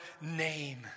name